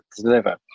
deliver